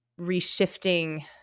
reshifting